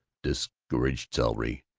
discouraged celery,